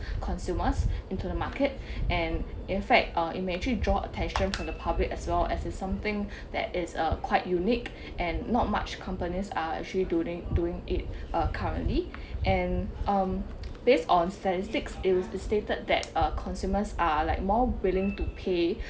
consumers into the market and in fact uh it may actually draw attention from the public as well as something that is uh quite unique and not much companies are actually doing doing it uh currently and um based on statistics it it stated that consumers are like more willing to pay